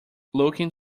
looking